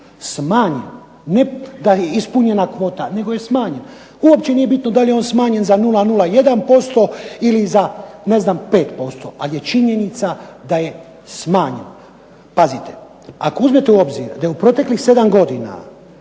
smanjen, ne da je ispunjena kvota, nego je smanjen. Uopće nije bitno da li je on smanjen za 0,01% ili za ne znam 5%. Ali je činjenica da je smanjen. Pazite, ako uzmete u obzir da je u proteklih 7 godina